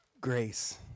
grace